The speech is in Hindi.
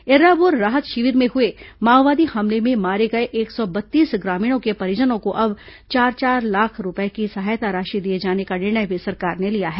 एर्राबोर राहत शिविर में हुए माओवादी हमले में मारे गए एक सौ बत्तीस ग्रामीणों के परिजनों को अब चार चार लाख रूपये की सहायता राशि दिए जाने का निर्णय भी सरकार ने लिया है